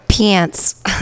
Pants